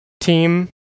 team